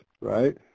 right